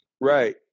Right